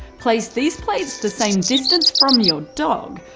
place these plates the same distance from your dog.